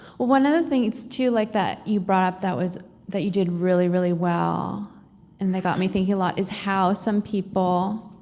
one other thing it's too. like that you brought up that was. that you did really, really well and that got me thinking a lot is how some people.